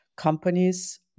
companies